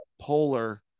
polar